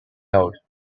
held